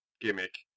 gimmick